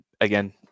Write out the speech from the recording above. again